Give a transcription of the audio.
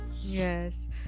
yes